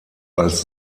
als